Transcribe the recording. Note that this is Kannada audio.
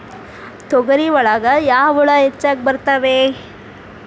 ತೊಗರಿ ಒಳಗ ಯಾವ ಹುಳ ಹೆಚ್ಚಾಗಿ ಬರ್ತವೆ?